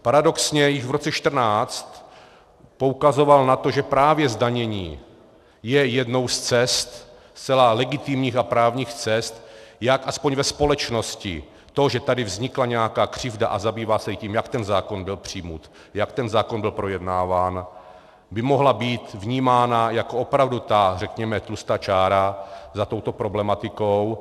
Paradoxně již v roce 2014 poukazoval na to, že právě zdanění je jednou z cest, zcela legitimních a právních cest, jak aspoň ve společnosti to, že tady vznikla nějaká křivda, a zabývá se i tím, jak ten zákon byl přijat, jak ten zákon byl projednáván, by mohla být vnímána jako opravdu ta řekněme tlustá čára za touto problematikou.